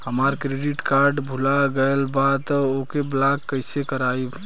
हमार credit card भुला गएल बा त ओके ब्लॉक कइसे करवाई?